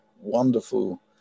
wonderful